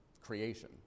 creation –